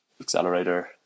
accelerator